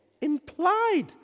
implied